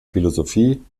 philosophie